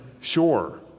sure